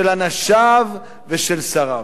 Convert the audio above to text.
של אנשיו ושל שריו.